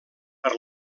per